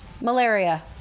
malaria